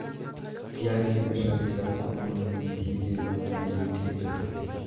पियाज के नर्सरी ला कोन कोन विधि ले बनाय ले ठीक रथे?